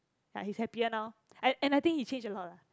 ya he's happier now an~ and I think he changed a lot lah